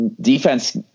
defense